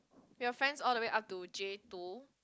your friends all the way up to J two